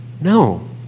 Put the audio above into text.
No